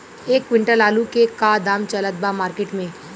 एक क्विंटल आलू के का दाम चलत बा मार्केट मे?